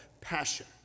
Passion